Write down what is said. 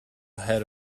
head